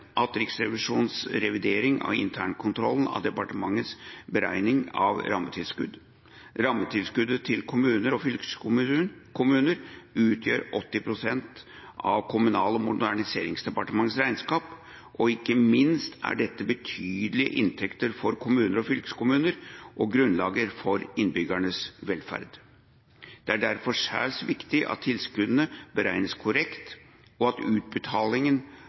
Riksrevisjonens revidering av internkontrollen av departementets beregning av rammetilskudd. Rammetilskuddet til kommuner og fylkeskommuner utgjør 80 pst. av Kommunal- og moderniseringsdepartementets regnskap, og ikke minst er dette betydelige inntekter for kommuner og fylkeskommuner og grunnlaget for innbyggernes velferd. Det er derfor særs viktig at tilskuddene beregnes korrekt, og at